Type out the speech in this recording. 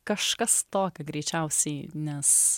kažkas tokio greičiausiai nes